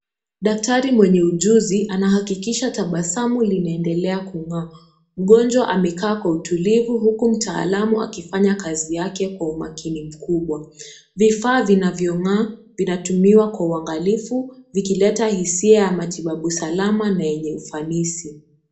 Daktari mwenye ujuzi anahakikisha tabasamu linaendelea kung'aa. Mgonjwa amekaa kwa utulivu huku mtaalamu akifanya kazi yake kwa umakini mkubwa. Vifaa vinavyong'aa vinatumiwa kwa uangalifu, vikileta hisia ya matibabu salama ya yenye ufanisi.